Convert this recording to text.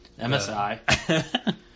MSI